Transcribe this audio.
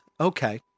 okay